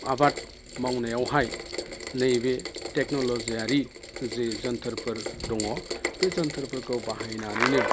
आबाद मावनायावहाय नैबे टेकनलजियारि जे जोनथोरफोर दङ बे जोनथोरफोरखौ बाहायनानैनो